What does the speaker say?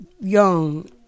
young